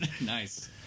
Nice